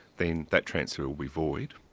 then that transfer will be void,